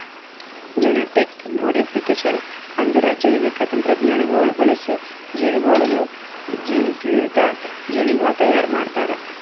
genetic modification ಅಂದುರ್ ಜೈವಿಕ ತಂತ್ರಜ್ಞಾನಗೊಳ್ ಬಳಸಿ ಜೀವಿಗೊಳ್ದು ಜೀನ್ಸ್ಲಿಂತ್ ಜೀವಿಗೊಳ್ ತೈಯಾರ್ ಮಾಡ್ತಾರ್